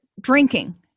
drinking